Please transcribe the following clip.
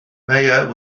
maher